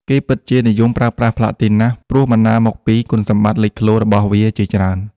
គេពិតជានិយមប្រើប្រាស់ផ្លាទីនណាស់ព្រោះបណ្ដាលមកពីគុណសម្បត្តិលេចធ្លោរបស់វាជាច្រើន។